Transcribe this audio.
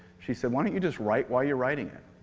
she said, why don't you just write while you're writing it?